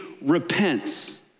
repents